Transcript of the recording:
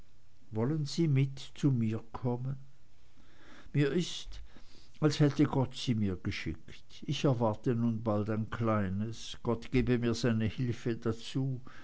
wollen sie mit zu mir kommen mir ist als hätte gott sie mir geschickt ich erwarte nun bald ein kleines gott gebe mir seine hilfe dazu